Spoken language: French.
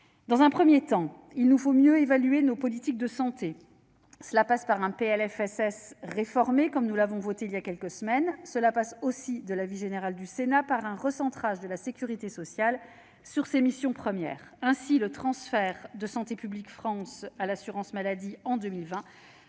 Dans un premier temps, il nous faut mieux évaluer nos politiques de santé. Cela passe par un PLFSS réformé, comme nous l'avons voté il y a quelques semaines. Cela passe aussi, de l'avis général du Sénat, par un recentrage de la sécurité sociale sur ses missions premières. Ainsi, le transfert, en 2020, de Santé publique France à l'assurance maladie a